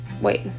Wait